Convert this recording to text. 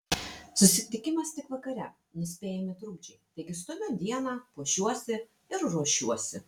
susitikimas tik vakare nuspėjami trukdžiai taigi stumiu dieną puošiuosi ir ruošiuosi